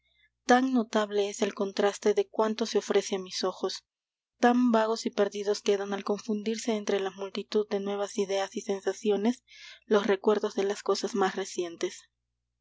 tan notable es el contraste de cuanto se ofrece á mis ojos tan vagos y perdidos quedan al confundirse entre la multitud de nuevas ideas y sensaciones los recuerdos de las cosas más recientes